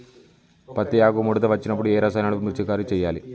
పత్తి ఆకు ముడత వచ్చినప్పుడు ఏ రసాయనాలు పిచికారీ చేయాలి?